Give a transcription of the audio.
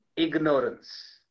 Ignorance